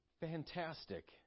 fantastic